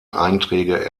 einträge